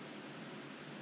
oh definitely